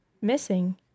missing